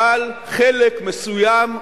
אבל חלק מסוים,